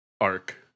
arc